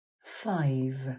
five